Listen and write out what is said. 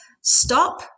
stop